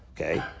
Okay